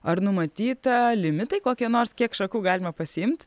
ar numatyta limitai kokie nors kiek šakų galima pasiimt